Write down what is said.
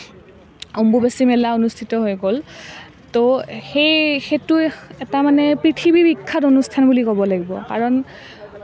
অম্বুবাচী মেলা অনুষ্ঠিত হৈ গ'ল তো সেই সেইটো এখ এটা মানে পৃথিৱী বিখ্যাত অনুষ্ঠান বুলি ক'ব লাগিব কাৰণ